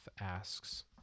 asks